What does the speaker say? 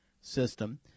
system